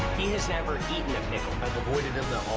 he has never eaten a pickle. i've avoided them